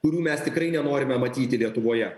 kurių mes tikrai nenorime matyti lietuvoje